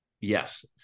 yes